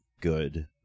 good